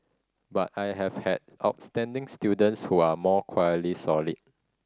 but I have had outstanding students who are more quietly solid